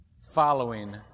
following